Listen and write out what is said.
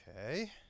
Okay